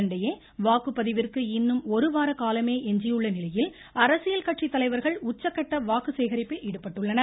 இதனிடையே வாக்குப்பதிவிற்கு இன்னும் காலமே ஒருவார எஞ்சியுள்ளநிலையில் அரசியல் கட்சி தலைவர்கள் உச்சகட்ட வாக்கு சேகரிப்பில் ஈடுபட்டுள்ளனர்